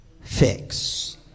fix